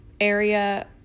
area